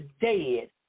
dead